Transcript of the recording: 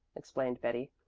explained betty.